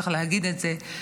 צריך להגיד את זה,